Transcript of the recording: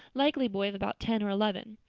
likely boy of about ten or eleven.